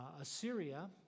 Assyria